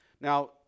Now